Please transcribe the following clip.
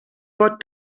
pot